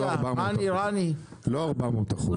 לא 400 אחוז,